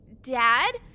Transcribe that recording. Dad